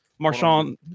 Marshawn